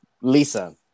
Lisa